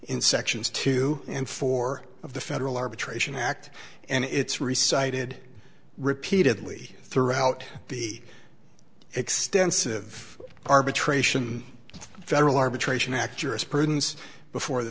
in sections two and four of the federal arbitration act and it's reciting did repeatedly throughout the extensive arbitration federal arbitration actress prudence before the